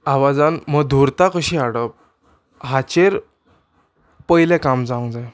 आवाजान मधुरता कशी हाडप हाचेर पयलें काम जावंक जाय